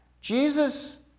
Jesus